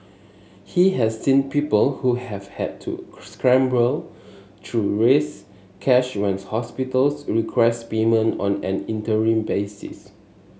he has seen people who have had to scramble to raise cash when hospitals request payment on an interim basis